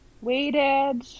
waited